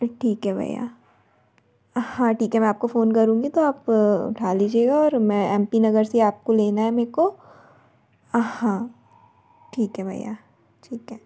ठीक है भैया हाँ ठीक है मैं आप को फ़ोन करूँगी तो आप उठा लीजिएगा और मैं एम पी नगर से आप को लेना है मे को आ हाँ ठीक है भैया ठीक है